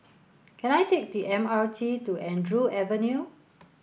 can I take the M R T to Andrew Avenue